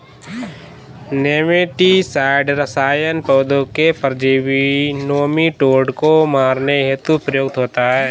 nematicide रसायन पौधों के परजीवी नोमीटोड को मारने हेतु प्रयुक्त होता है